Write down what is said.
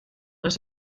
les